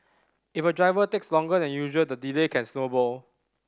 if a driver takes longer than usual the delay can snowball